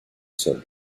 sol